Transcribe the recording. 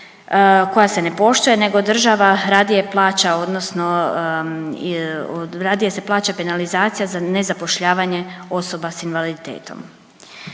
koja se ne poštuje nego država radije plaća odnosno radije se plaća penalizacija za nezapošljavanje osoba s invaliditetom.